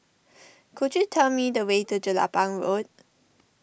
could you tell me the way to Jelapang Road